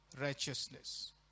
righteousness